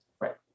Right